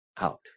out